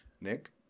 Nick